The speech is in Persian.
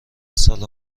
سال